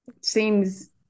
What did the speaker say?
Seems